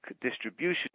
distribution